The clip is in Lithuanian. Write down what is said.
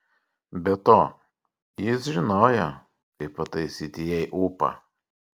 be to jis žinojo kaip pataisyti jai ūpą